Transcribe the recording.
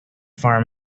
farm